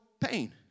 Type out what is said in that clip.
pain